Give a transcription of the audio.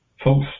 Folks